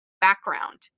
background